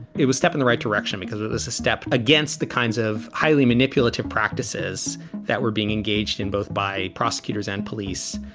it was step in the right direction because it was a step against the kinds of highly manipulative practices that were being engaged in, both by prosecutors and police,